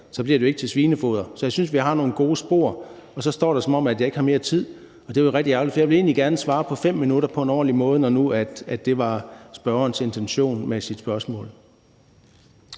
bliver det jo ikke til svinefoder. Så jeg synes, at vi har nogle gode spor. Og så står der, at jeg ikke har mere tid, og det er rigtig ærgerligt, for jeg ville egentlig gerne have svaret på 5 minutter på en ordentlig måde, når nu det var spørgerens intention med sit spørgsmål.